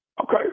Okay